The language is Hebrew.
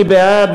מי בעד?